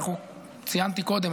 ציינתי קודם,